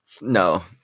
No